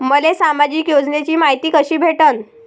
मले सामाजिक योजनेची मायती कशी भेटन?